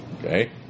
Okay